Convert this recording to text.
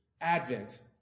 Advent